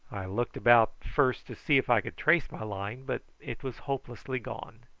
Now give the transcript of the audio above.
i looked about first to see if i could trace my line, but it was hopelessly gone.